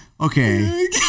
Okay